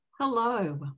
Hello